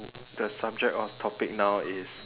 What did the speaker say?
the subject of topic now is